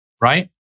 right